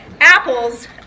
apples